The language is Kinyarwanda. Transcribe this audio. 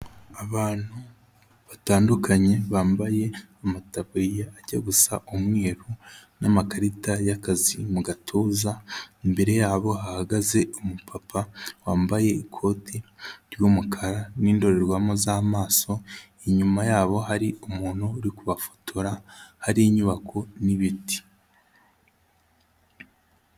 Abantu batandukanye bambaye amataburiya ajya gusa umweru n'amakarita y'akazi mu gatuza, imbere yabo hahagaze umupapa wambaye ikote ry'umukara n'indorerwamo z'amaso, inyuma yabo hari umuntu uri kubafotora hari inyubako n'ibiti.